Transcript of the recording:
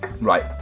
Right